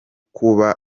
kuba